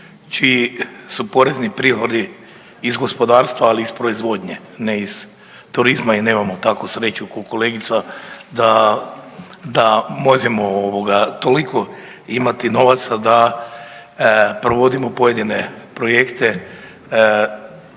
čiji su porezni prihodi iz gospodarstva, ali iz proizvodnje, ne iz turizma jer nemamo takvu sreću ko kolegica da možemo toliko imati novaca da provodimo pojedine projekte